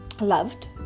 loved